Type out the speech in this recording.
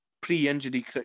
pre-injury